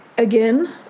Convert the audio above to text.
again